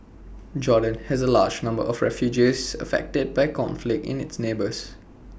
Jordan has A large number of refugees affected by conflict in its neighbours